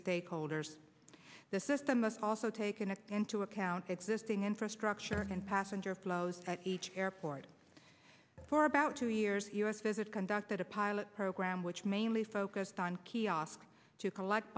stakeholders the system must also take an act into account existing infrastructure and passenger flows at each airport for about two years u s says it conducted a pilot program which mainly focused on kiosks to collect